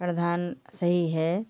प्रधान सही है